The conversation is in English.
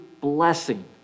blessing